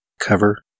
cover